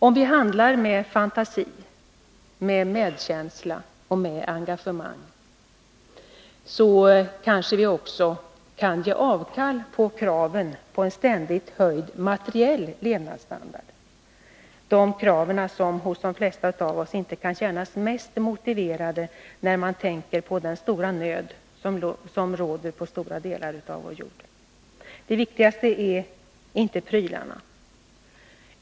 Om vi handlar med fantasi, med medkänsla och med engagemang, kanske vi också kan ge avkall på kraven på en ständigt höjd materiell levnadsstandard, krav som hos de flesta av oss inte kan kännas mest motiverade, när man tänker på den nöd som råder på stora delar av vår jord.